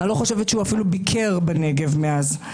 אני לא חושבת שאפילו ביקר בנגב מאז.